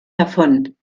davon